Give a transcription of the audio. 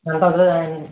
ఎంత సార్